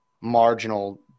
marginal